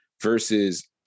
versus